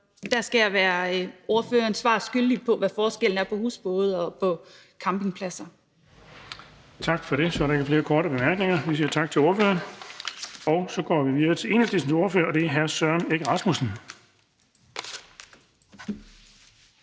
jeg skal være ordføreren svar skyldig på, hvad forskellen er på husbåde og campingpladser. Kl. 16:50 Den fg. formand (Erling Bonnesen): Tak for det. Så er der ikke flere korte bemærkninger. Vi siger tak til ordføreren, og så går vi videre til Enhedslistens ordfører, og det er hr. Søren Egge Rasmussen.